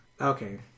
Okay